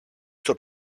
στο